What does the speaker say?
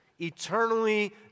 eternally